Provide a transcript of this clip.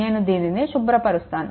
నేను దీనిని శుభ్రపరుస్తాను